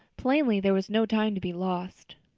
plainly there was no time to be lost.